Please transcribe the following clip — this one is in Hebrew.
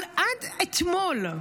אבל עד אתמול,